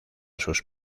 sus